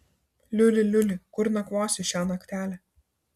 liuli liuli kur nakvosi šią naktelę